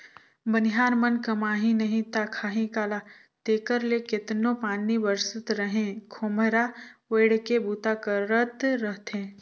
बनिहार मन कमाही नही ता खाही काला तेकर ले केतनो पानी बरसत रहें खोम्हरा ओएढ़ के बूता करत रहथे